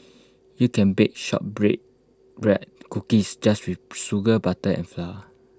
you can bake short bread cookies just with sugar butter and flour